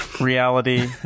reality